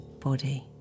body